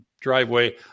driveway